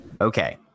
Okay